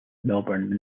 melbourne